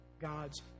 God's